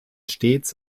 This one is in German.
stets